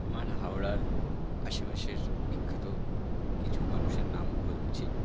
আমার হাওড়ার আশেপাশের বিখ্যাত কিছু মানুষের নাম বলছি